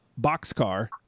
Boxcar